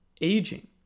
aging